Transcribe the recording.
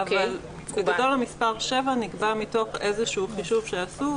אבל בגדול המספר שבע נקבע מתוך חישוב שעשו.